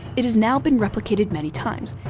it has now been replicated many times,